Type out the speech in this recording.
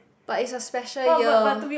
but is a special year